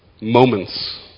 moments